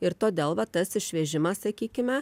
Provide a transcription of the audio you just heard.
ir todėl va tas išvežimas sakykime